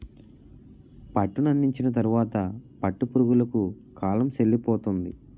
పట్టునందించిన తరువాత పట్టు పురుగులకు కాలం సెల్లిపోతుంది